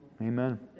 Amen